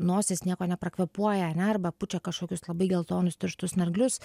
nosis nieko neprakvėpuoja ane arba pučia kažkokius labai geltonus tirštus snarglius